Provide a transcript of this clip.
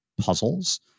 puzzles